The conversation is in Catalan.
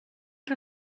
que